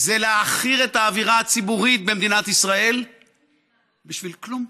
זה להעכיר את האווירה הציבורית במדינת ישראל בשביל כלום,